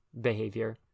behavior